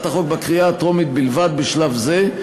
החוק בקריאה הטרומית בלבד בשלב זה,